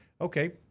okay